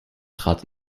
trat